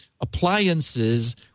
appliances